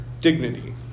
dignity